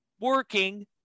working